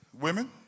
Women